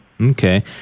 Okay